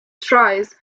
tries